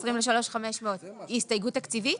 3,320 ל-3,500 היא הסתייגות תקציבית?